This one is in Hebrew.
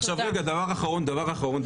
רגע, דבר אחרון.